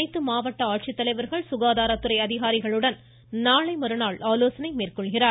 எடப்பாடி அனைத்து மாவட்ட ஆட்சித்தலைவர்கள் சுகாதாரத்துறை அதிகாரிகளுடன் நாளை மறுநாள் ஆலோசனை மேற்கொள்கிறார்